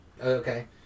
Okay